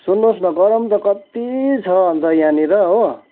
सुन्नुहोस् न गरम त कति छ अन्त यहाँनिर हो